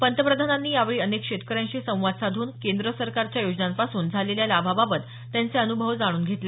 पंतप्रधानांनी यावेळी अनेक शेतकऱ्यांशी संवाद साधून केंद्र सरकारच्या योजनांपासून झालेल्या लाभाबाबत त्यांचे अनुभव जाणून घेतले